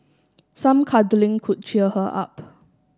some cuddling could cheer her up